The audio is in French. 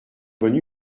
bonne